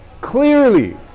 clearly